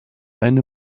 eine